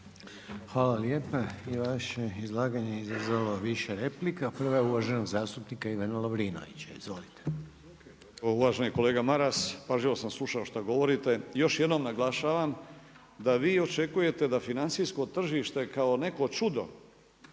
Hvala lijepa. I vaše izlaganje je izazvalo više replika. Prvo je uvaženog zastupnika Ivana Lovrinovića. Izvolite. **Lovrinović, Ivan (Promijenimo Hrvatsku)** Pa uvaženi kolega Maras pažljivo sam slušao što govorite. Još jednom naglašavam da vi očekujete da financijsko tržište kao neko čudo,